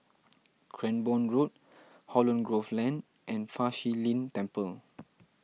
Cranborne Road Holland Grove Lane and Fa Shi Lin Temple